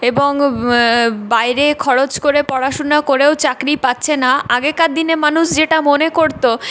এবং বাইরে খরচ করে পড়াশোনা করেও চাকরি পাচ্ছে না আগেকার দিনে মানুষ যেটা মনে করতো